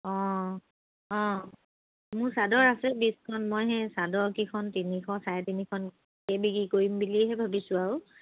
অঁ অঁ মোৰ চাদৰ আছে বিশখন মই সেই চাদৰ কেইখন তিনিখন চাৰে তিনিখনে বিক্ৰী কৰিম বুলিহে ভাবিছোঁ আৰু